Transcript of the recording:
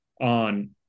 on